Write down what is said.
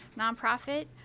nonprofit